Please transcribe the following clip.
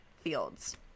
fields